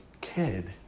kid